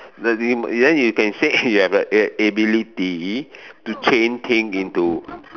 no th~ then you can say eh you have like a ability to change thing into